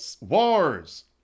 wars